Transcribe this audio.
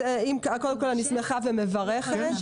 אני שמחה ומברכת.